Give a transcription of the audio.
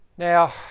Now